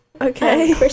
Okay